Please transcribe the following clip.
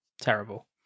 terrible